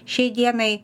šiai dienai